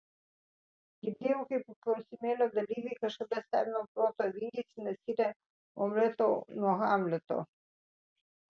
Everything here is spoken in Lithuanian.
girdėjau kaip klausimėlio dalyviai kažkada stebino proto vingiais ir neskyrė omleto nuo hamleto